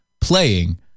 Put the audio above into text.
playing